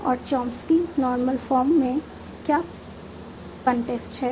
और Chomsky normal form में क्या कंस्ट्रेंट्स है